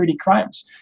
crimes